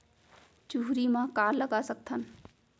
चुहरी म का लगा सकथन?